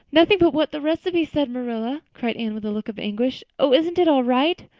nothing but what the recipe said, marilla, cried anne with a look of anguish. oh, isn't it all right?